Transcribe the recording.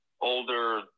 older